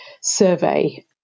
survey